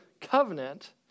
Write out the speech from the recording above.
covenant